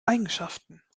eigenschaften